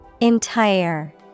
Entire